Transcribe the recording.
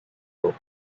road